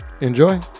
enjoy